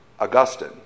Augustine